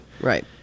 right